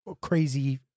crazy